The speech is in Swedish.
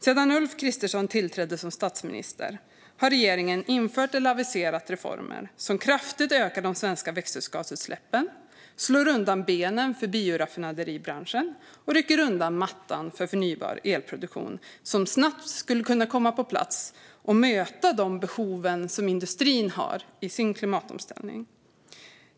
Sedan Ulf Kristersson tillträdde som statsminister har regeringen infört eller aviserat reformer som kraftigt ökar de svenska växthusgasutsläppen, slår undan benen för bioraffinaderibranschen och rycker undan mattan för förnybar elproduktion som snabbt skulle kunna komma på plats och möta de behov som industrin har i sin klimatomställning.